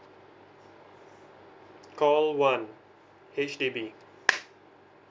call one H_D_B